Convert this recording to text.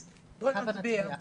אז הבה נתחילה.